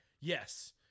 Yes